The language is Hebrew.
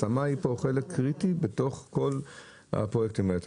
ההשמה היא פה חלק קריטי בתוך כל הפרויקטים האלה.